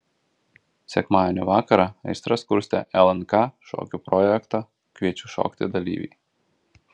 sekmadienio vakarą aistras kurstė lnk šokių projekto kviečiu šokti dalyviai